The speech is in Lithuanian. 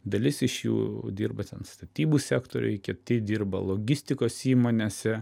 dalis iš jų dirba ten statybų sektoriuj kiti dirba logistikos įmonėse